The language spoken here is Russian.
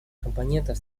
компонентов